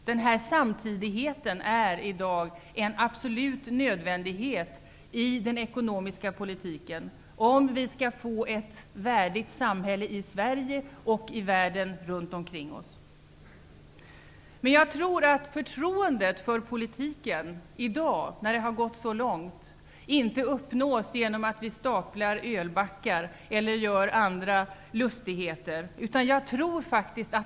Denna samtidighet är i dag en absolut nödvändighet i den ekonomiska politiken om vi skall få ett värdigt samhälle i Sverige och i världen runt omkring oss. Förtroendet för politiken, när det nu har gått så långt, uppnås inte genom att vi staplar ölbackar eller gör andra lustigheter.